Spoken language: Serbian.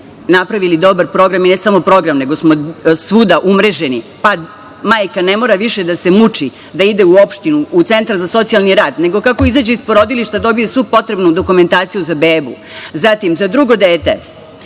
napravili dobar program i ne samo program, nego smo svuda umreženi pa majka ne mora više da se muči da ide u opštinu, u Centar za socijalni rad, nego kako izađe iz porodilišta dobije svu potrebnu dokumentaciju za bebu. Zatim, za drugo dete